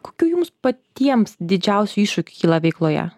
kokių jums patiems didžiausių iššūkių kyla veikloje